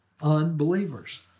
unbelievers